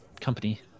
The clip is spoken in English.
company